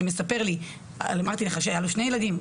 שהיו לו שני ילדים,